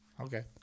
Okay